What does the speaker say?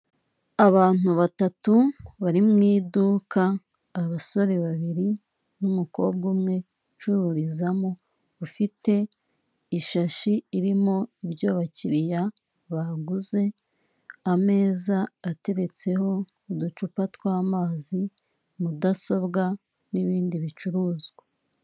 Abantu batatu bari mw’ iduka abasore babiri n’ umukobwa umwe ucururizamo ufite ishashi irimo ibyo abakiriya baguze, ameza ateretseho uducupa twamazi, mudasobwa nibindi bicuruzwa.